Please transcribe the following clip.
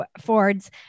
Fords